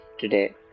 today